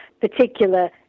particular